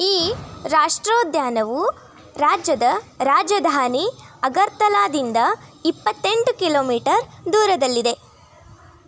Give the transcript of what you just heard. ಈ ರಾಷ್ಟ್ರೋದ್ಯಾನವು ರಾಜ್ಯದ ರಾಜಧಾನಿ ಅಗರ್ತಲಾದಿಂದ ಇಪ್ಪತ್ತೆಂಟು ಕಿಲೋಮೀಟರ್ ದೂರದಲ್ಲಿದೆ